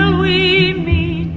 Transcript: we